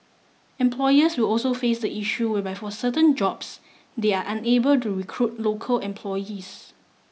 employers will also face the issue whereby for certain jobs they are unable to recruit local employees